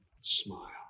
Smile